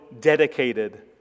dedicated